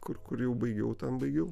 kur kur jau baigiau ten baigiau